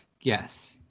Yes